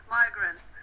migrants